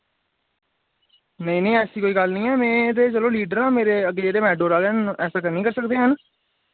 नेईं नेईं ऐसी कोई गल्ल नि ऐ में ते चलो लीडर आं मेरे अग्गे जेह्ड़े मैटाडोर आह्ले न ऐसा ते नि कर सकदे हैन